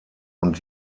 und